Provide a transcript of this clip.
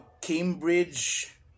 Cambridge